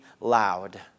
loud